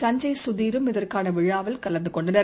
சஞ்சய் சுதீரும் இதற்கானவிழாவில் கலந்துகொண்டனர்